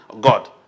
God